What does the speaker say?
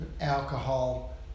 Alcohol